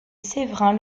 séverin